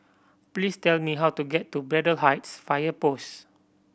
please tell me how to get to Braddell Heights Fire Post